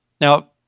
Now